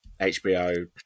HBO